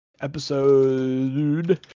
episode